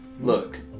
Look